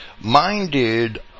minded